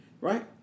right